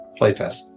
playtest